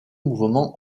mouvements